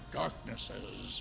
darknesses